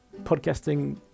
Podcasting